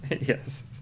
Yes